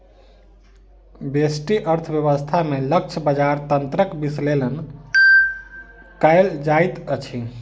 व्यष्टि अर्थशास्त्र में लक्ष्य बजार तंत्रक विश्लेषण कयल जाइत अछि